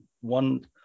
one